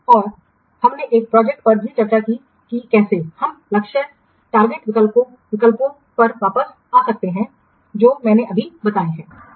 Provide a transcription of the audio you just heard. और हमने इस प्रोजेक्ट पर भी चर्चा की है कि कैसे हम लक्षित विकल्पों पर वापस आ सकते हैं जो मैंने अभी बताए हैं